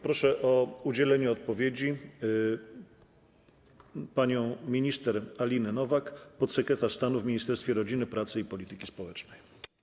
Proszę o udzielenie odpowiedzi panią minister Alinę Nowak, podsekretarz stanu w Ministerstwie Rodziny, Pracy i Polityki Społecznej.